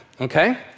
okay